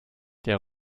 der